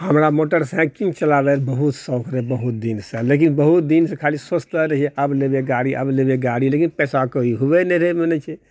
हमरा मोटरसाइकिल चलाबए के बहुत शौक रहए बहुत दिनसँ लेकिन बहुत दिनसँ खाली सोचते रहिऐ आब लेबए गाड़ी आब लेबए गाड़ी लेकिन पैसा कौड़ी होबए नहि रहए बोलए छै